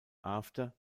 after